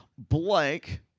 Blank